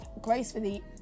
gracefully